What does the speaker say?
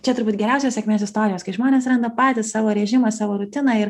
čia turbūt geriausios sėkmės istorijos kai žmonės randa patys savo režimą savo rutiną ir